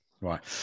Right